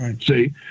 See